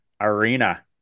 Arena